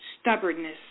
stubbornness